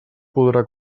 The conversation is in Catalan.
podrà